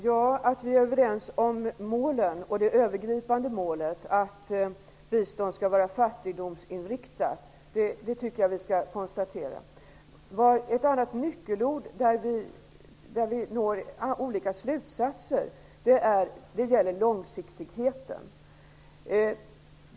Herr talman! Vi kan konstatera att vi är överens om det övergripande målet att bistånd skall vara fattigdomsinriktat. En nyckelfråga där vi når olika slutsatser är när det gäller långsiktigheten.